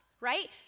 right